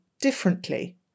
differently